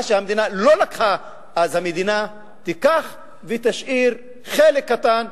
ומה שהמדינה לא לקחה אז המדינה תיקח ותשאיר חלק קטן,